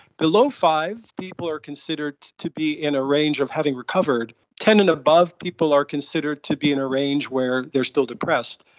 below five, people are considered to be in a range of having recovered. ten and above, people are considered to be in a range where they are still depressed.